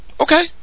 okay